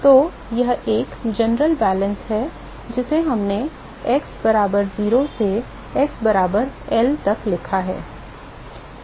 तो यह एक सामान्य संतुलन है जिसे हमने x बराबर 0 से x बराबर L तक लिखा है